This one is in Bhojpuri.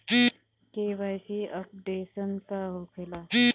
के.वाइ.सी अपडेशन का होखेला?